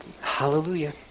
Hallelujah